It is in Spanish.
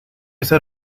ser